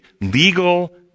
legal